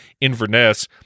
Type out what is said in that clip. Inverness